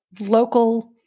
local